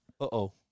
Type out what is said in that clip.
Uh-oh